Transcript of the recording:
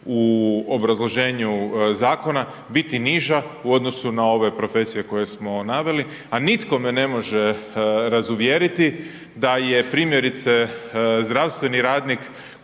u obrazloženju zakonu biti niža u odnosu na ove profesije koje smo naveli a nitko me ne može razuvjeriti da je primjerice zdravstveni radnik